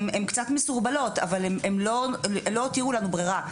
הם קצת מסורבלות אבל הן לא הותירו לנו ברירה.